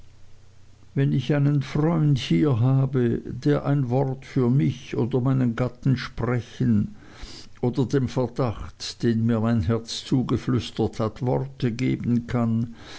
wenn ich einen freund hier habe der ein wort für mich der meinen gatten sprechen oder dem verdacht den mir mein herz zugeflüstert hat worte geben kann